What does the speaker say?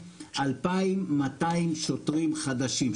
2,200 שוטרים חדשים.